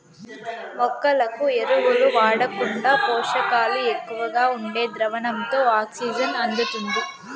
మొక్కలకు ఎరువులు వాడకుండా పోషకాలు ఎక్కువగా ఉండే ద్రావణంతో ఆక్సిజన్ అందుతుంది